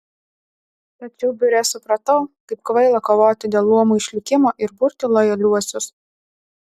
tačiau biure supratau kaip kvaila kovoti dėl luomų išlikimo ir burti lojaliuosius